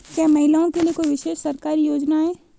क्या महिलाओं के लिए कोई विशेष सरकारी योजना है?